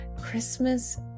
Christmas